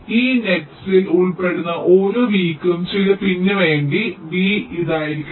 ഈ നെറ്സ്സിൽ ഉൾപ്പെടുന്ന ഓരോ v യ്ക്കും ചില പിൻ വേണ്ടി v ഇതായിരിക്കണം